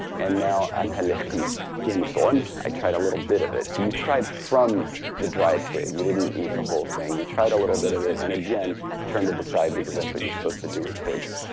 and now, anha lekhi kemisoon, i tried a little bit of it. so you tried from the dried fig. you didn't eat the whole thing. you tried a little bit of it, and again turned it aside because that's what you're supposed to do with fig.